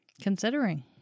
considering